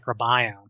microbiome